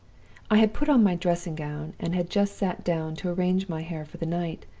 i had put on my dressing-gown, and had just sat down to arrange my hair for the night,